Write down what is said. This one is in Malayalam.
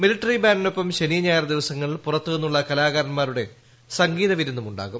മിലിട്ടറി ബാന്റിനൊപ്പം ശനി ഞായർ ദിവസങ്ങളിൽ പുറത്തു നിന്നുള്ള കലാകാരന്മാരുടെ സംഗീത വിരുന്നും ഉണ്ടാകും